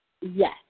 yes